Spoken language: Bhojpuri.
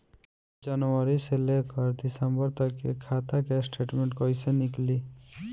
जनवरी से लेकर दिसंबर तक के खाता के स्टेटमेंट कइसे निकलि?